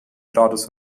staates